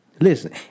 Listen